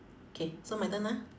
K so my turn ah